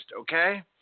okay